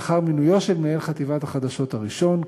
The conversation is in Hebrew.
לאחר מינויו של מנהל חטיבת החדשות הראשון,